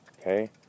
okay